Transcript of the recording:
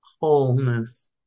Wholeness